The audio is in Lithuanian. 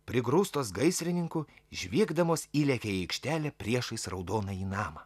prigrūstos gaisrininkų žviegdamos įlėkė į aikštelę priešais raudonąjį namą